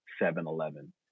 7-Eleven